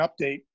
update